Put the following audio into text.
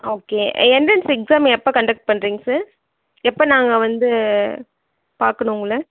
okay entrance exam எப்போ contact பண்ணுறீங்க sir எப்போ நாங்கள் வந்து பார்க்கணும் உங்களை